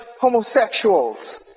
homosexuals